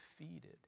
defeated